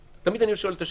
תמיד אני שואל את השאלה: